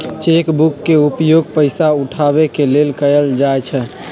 cheque book के उपयोग पइसा उठाबे के लेल कएल जाइ छइ